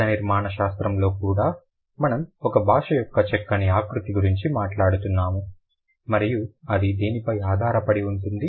పదనిర్మాణ శాస్త్రంలో కూడా మనం ఒక భాషా యొక్క చక్కని ఆకృతి గురించి మాట్లాడుతున్నాము మరియు అది దేనిపై ఆధారపడి ఉంటుంది